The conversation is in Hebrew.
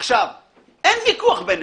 אין ויכוח בינינו.